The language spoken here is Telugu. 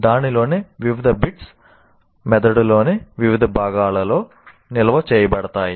దానిలోని వివిధ బిట్స్ మెదడులోని వివిధ భాగాలలో నిల్వ చేయబడతాయి